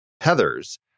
Heather's